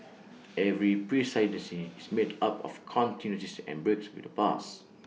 every presidency is made up of continuities and breaks with the past